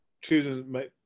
choosing